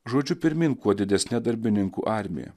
žodžiu pirmyn kuo didesne darbininkų armija